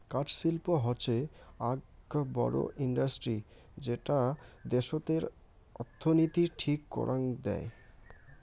কাঠ শিল্প হৈসে আক বড় ইন্ডাস্ট্রি যেটা দ্যাশতের অর্থনীতির ঠিক করাং দেয়